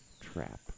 trap